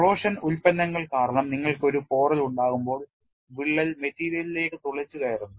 corrosion ഉൽപ്പന്നങ്ങൾ കാരണം നിങ്ങൾക്ക് ഒരു പോറൽ ഉണ്ടാകുമ്പോൾ വിള്ളൽ മെറ്റീരിയലിലേക്ക് തുളച്ചുകയറുന്നു